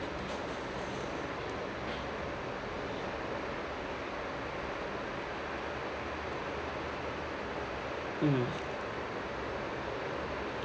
mm